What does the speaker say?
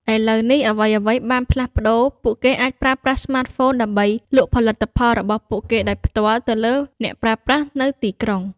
ឥឡូវនេះ អ្វីៗបានផ្លាស់ប្ដូរ ពួកគេអាចប្រើប្រាស់ស្មាតហ្វូនដើម្បីលក់ផលិតផលរបស់ពួកគេដោយផ្ទាល់ទៅអ្នកប្រើប្រាស់នៅទីក្រុង។